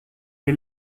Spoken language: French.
les